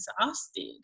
exhausted